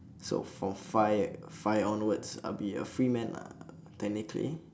so from five five onwards I am a free man ah technically